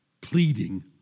pleading